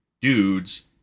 dudes